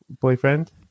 boyfriend